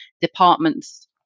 departments